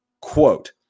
Quote